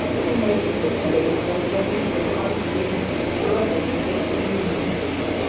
he makes his escape by jumping from one tree to another, just as you would do.